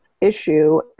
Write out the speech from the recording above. issue